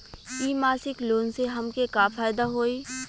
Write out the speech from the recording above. इ मासिक लोन से हमके का फायदा होई?